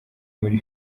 muri